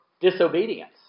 disobedience